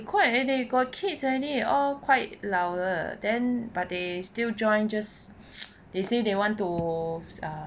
call and then they got kids already all quite 老 liao then but they still join just they say they want to uh